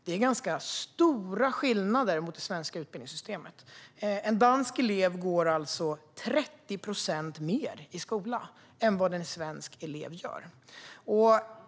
Det är ganska stora skillnader gentemot det svenska utbildningssystemet. En dansk elev går alltså 30 procent mer i skola än en svensk elev.